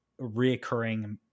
reoccurring